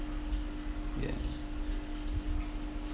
ya